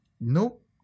Nope